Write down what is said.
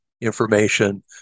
information